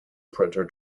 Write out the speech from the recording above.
printer